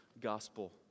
gospel